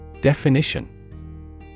Definition